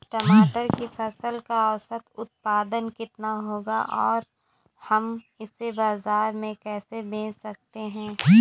टमाटर की फसल का औसत उत्पादन कितना होगा और हम इसे बाजार में कैसे बेच सकते हैं?